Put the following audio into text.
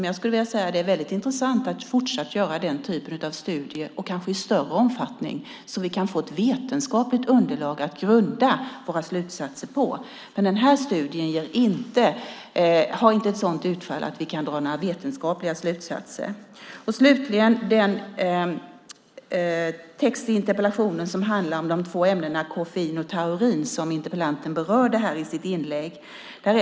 Men jag skulle vilja säga att det är väldigt intressant att fortsatt göra den typen av studier och kanske i större omfattning, så att vi kan få ett vetenskapligt underlag att grunda våra slutsatser på. Den här studien har inte ett sådant utfall att vi kan dra några vetenskapliga slutsatser. Slutligen kommer jag till den text i interpellationen som handlar om de två ämnena koffein och taurin, som interpellanten berörde i sitt inlägg.